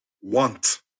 want